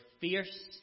fierce